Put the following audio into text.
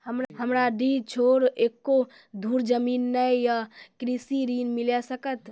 हमरा डीह छोर एको धुर जमीन न या कृषि ऋण मिल सकत?